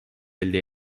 elde